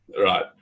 Right